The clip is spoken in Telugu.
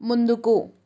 ముందుకు